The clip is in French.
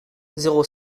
zéro